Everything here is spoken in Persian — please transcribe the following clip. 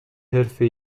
حرفه